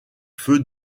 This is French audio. feu